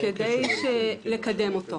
כדי לקדם אותו.